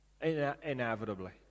Inevitably